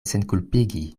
senkulpigi